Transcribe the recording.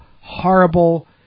horrible